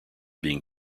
being